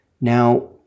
Now